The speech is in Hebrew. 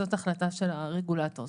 זאת החלטה של הרגולטור.